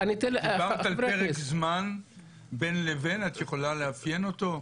דיברת על פרק זמן בין לבין, את יכולה לאפיין אותו?